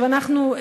אנחנו,